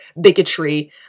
bigotry